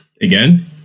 Again